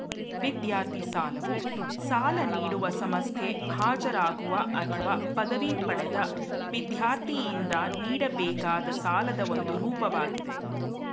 ವಿದ್ಯಾರ್ಥಿ ಸಾಲವು ಸಾಲ ನೀಡುವ ಸಂಸ್ಥೆ ಹಾಜರಾಗುವ ಅಥವಾ ಪದವಿ ಪಡೆದ ವಿದ್ಯಾರ್ಥಿಯಿಂದ ನೀಡಬೇಕಾದ ಸಾಲದ ಒಂದು ರೂಪವಾಗಿದೆ